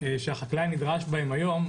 שהחקלאי נדרש להם היום,